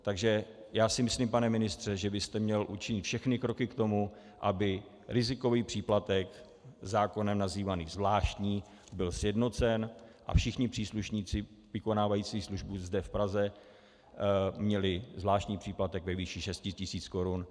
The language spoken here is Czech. Takže já si myslím, pane ministře, že byste měl učinit všechny kroky k tomu, aby rizikový příplatek, zákonem nazývaný zvláštní, byl sjednocen a všichni příslušníci vykonávající službu zde v Praze měli zvláštní příplatek ve výši 6 tisíc korun.